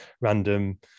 random